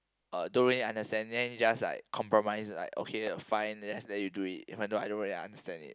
uh don't really understand then just like compromise like okay fine just let you do it even though I don't really understand it